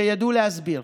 שידעו להסביר.